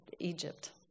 Egypt